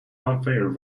unfair